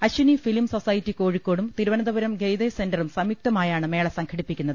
Ashwini film society കോഴിക്കോടും Thiruvananthapuram Goethe സെന്ററും സംയുക്തമായാണ് മേള സംഘടിപ്പിക്കുന്നത്